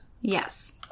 Yes